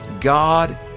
God